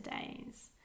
days